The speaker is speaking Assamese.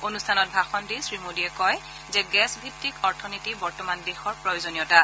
অনুষ্ঠানত ভাষণ দি শ্ৰীমোদীয়ে কয় যে গেছ ভিত্তিক অথনীতি বৰ্তমান দেশৰ প্ৰয়োজনীয়তা